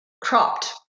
cropped